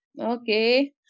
Okay